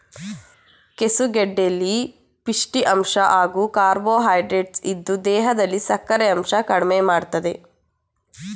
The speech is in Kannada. ಕೆಸುಗೆಡ್ಡೆಲಿ ಪಿಷ್ಠ ಅಂಶ ಹಾಗೂ ಕಾರ್ಬೋಹೈಡ್ರೇಟ್ಸ್ ಇದ್ದು ದೇಹದಲ್ಲಿ ಸಕ್ಕರೆಯಂಶ ಕಡ್ಮೆಮಾಡ್ತದೆ